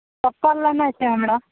चप्पल लेनाइ छै हमरा